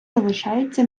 залишається